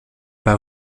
pas